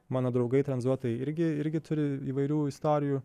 mano draugai tranzuotojai irgi irgi turi įvairių istorijų